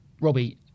Robbie